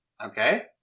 Okay